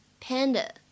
panda